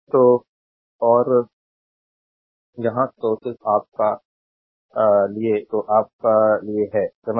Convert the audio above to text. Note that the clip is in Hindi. तो और यहाँ सिर्फ तो आप का के लिए तो आप का के लिए है समझ